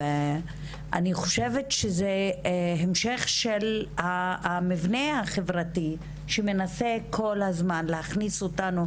זה המשך של המבנה החברתי שמנסה כל הזמן להכניס אותנו